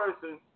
person